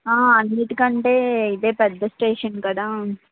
ఆ అన్నింటికంటే ఇదే పెద్ద స్టేషన్ కదా